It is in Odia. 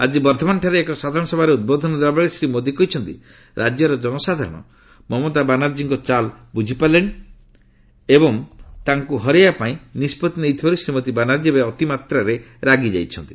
ଆଜି ବର୍ଦ୍ଧମାନଠାରେ ଏକ ସାଧାରଣ ସଭାରେ ଉଦ୍ବୋଧନ ଦେଲାବେଳେ ଶୀ ମୋଦି କହିଛନ୍ତି ରାଜ୍ୟର ଜନସାଧାରଣ ମମତା ବାନାର୍ଜୀଙ୍କ ଚାଲ୍ ବୁଝିପାରିଲେଣି ଏବଂ ତାଙ୍କୁ ହରାଇବା ପାଇଁ ନିଷ୍ପଭି ନେଇଥିବାରୁ ଶ୍ରୀମତୀ ବାନାର୍ଜୀ ଏବେ ଅତିମାତ୍ରାରେ ରାଗି ଯାଇଛନ୍ତି